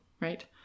Right